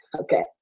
Okay